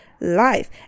life